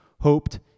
hoped